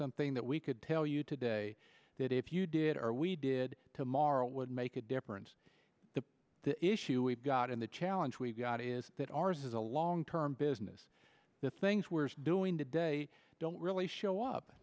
something that we could tell you today that if you did or we did tomorrow it would make a difference to the issue we've got in the challenge we've got is that ours is a long term business the things we're doing today don't really show up